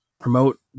promote